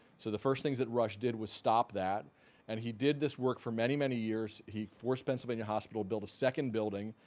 so the first things that rush did was stop that and he did this work for many many years. he forced pennsylvania hospital to build a second building,